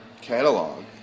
catalog